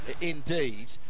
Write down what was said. indeed